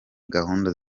gahunda